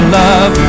love